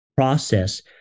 Process